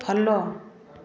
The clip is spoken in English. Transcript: follow